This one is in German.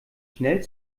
schnell